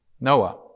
Noah